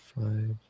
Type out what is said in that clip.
five